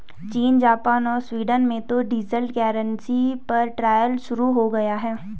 चीन, जापान और स्वीडन में तो डिजिटल करेंसी पर ट्रायल शुरू हो गया है